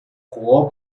jugó